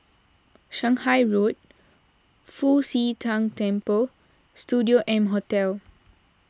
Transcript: Shanghai Road Fu Xi Tang Temple and Studio M Hotel